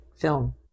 film